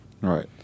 Right